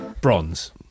Bronze